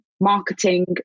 marketing